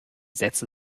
sätze